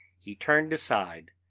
he turned aside.